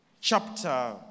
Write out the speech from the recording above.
chapter